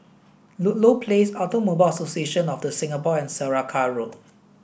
Ludlow Place Automobile Association of the Singapore and Saraca Road